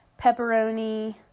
pepperoni